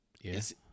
Yes